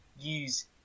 use